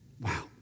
Wow